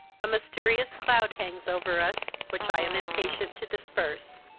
a mysterious cloud hangs over us, which i am impatient to disperse.